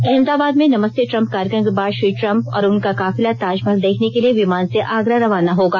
अहमदाबाद में नमस्ते ट्रम्प कार्यक्रम के बाद श्री ट्रम्प और उनका काफिला ताजमहल देखने के लिए विमान से आगरा रवाना होगा